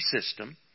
system